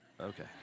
Okay